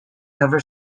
ever